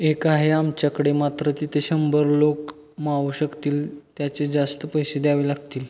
एक आहे आमच्याकडे मात्र तिथे शंभर लोक मावू शकतील त्याचे जास्त पैसे द्यावे लागतील